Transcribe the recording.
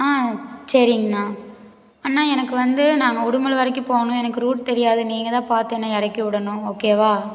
ஆ சரிங்ண்ணா அண்ணா எனக்கு வந்து நாங்கள் உடுமலை வரைக்கும் போகணும் எனக்கு ரூட் தெரியாது நீங்கள் தான் பார்த்து என்னை இறக்கிவிடணும் ஓகேவா